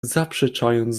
zaprzeczając